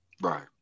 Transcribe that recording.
Right